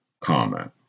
comment